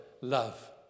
love